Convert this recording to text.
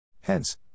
Hence